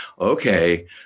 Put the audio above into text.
okay